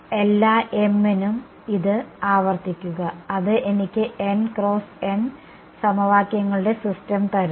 എല്ലാ m നും ഇത് ആവർത്തിക്കുക അത് എനിക്ക് n ക്രോസ് n സമവാക്യങ്ങളുടെ സിസ്റ്റം തരുന്നു